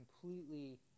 completely